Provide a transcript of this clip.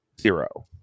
Zero